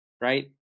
right